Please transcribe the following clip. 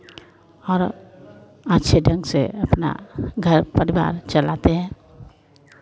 और अच्छे ढंग से अपना घर परिवार चलाते हैं